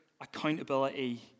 accountability